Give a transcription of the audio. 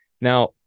Now